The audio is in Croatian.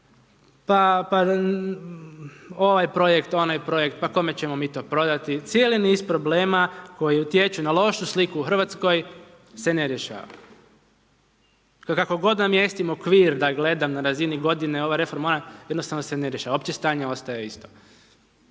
pa ovaj projekt, onaj projekt pa kome ćemo mi to prodati, cijeli niz problema, koji utječu na lošu sliku u Hrvatskoj se ne rješava. Kako god namjestimo okvir da gledam na razini godine, ova reforma moja, jednostavno se ne dešava, opće stanje ostaje isto.